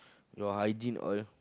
your hygiene all